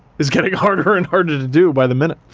is getting harder and harder to do by the minute.